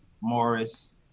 Morris